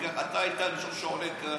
אתה היית הראשון שעולה כאן,